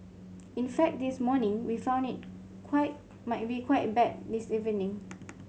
in fact this morning we found it quite might be quite bad this evening